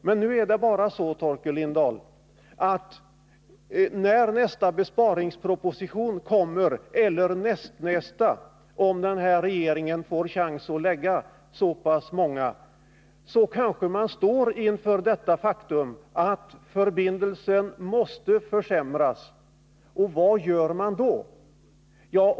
Men nu är det bara så, Torkel Lindahl, att när nästa besparingsproposition kommer eller nästnästa, om den här regeringen får chans att lägga fram så pass många besparingspropositioner — kanske man står inför faktum att förbindelsen måste försämras. Vad gör man då?